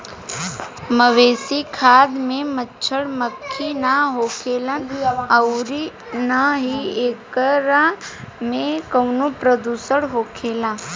मवेशी खाद में मच्छड़, मक्खी ना होखेलन अउरी ना ही एकरा में कवनो प्रदुषण होखेला